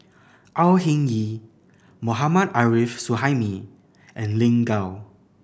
Au Hing Yee Mohammad Arif Suhaimi and Lin Gao